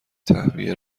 تهویه